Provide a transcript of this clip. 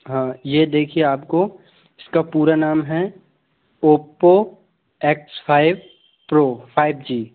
हाँ ये देखिए आपको इसका पूरा नाम है Oppo X five pro five जी